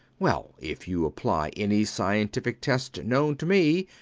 well, if you apply any scientific test known to me,